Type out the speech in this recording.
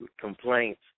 complaints